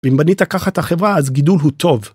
‫ואם בנית ככה את החברה ‫אז גידול הוא טוב.